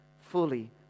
fully